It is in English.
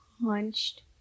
hunched